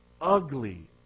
ugly